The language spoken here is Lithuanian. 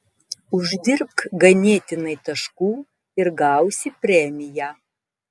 uždirbk ganėtinai taškų ir gausi premiją